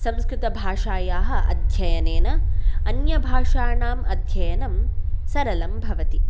संस्कृतभाषायाः अध्ययनेन अन्यभाषाणाम् अध्ययनं सरलं भवति